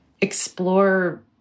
explore